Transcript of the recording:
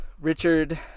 Richard